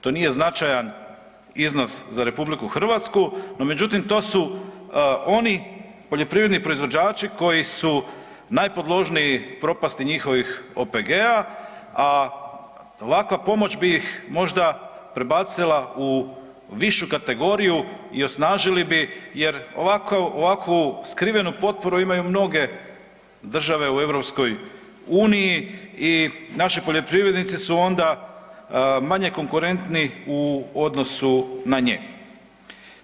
To nije značajan iznos za RH no međutim, to su oni poljoprivredni proizvođači koji su najpodložniji propasti njihovih OPG-a, a ovakva pomoć bi ih možda prebacila u višu kategoriju i osnažili bi jer ovako, ovakvu skrivenu potporu imaju mnoge države u EU i naši poljoprivrednici su onda manje konkurentni u odnosu na njih.